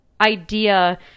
idea